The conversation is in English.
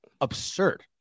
absurd